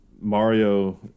Mario